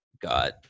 got